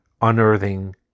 unearthing